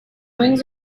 wings